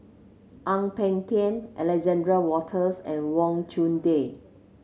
Ang Peng Tiam Alexander Wolters and Wang Chunde